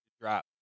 drop